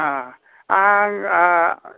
अ आं